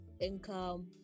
income